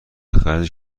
خرج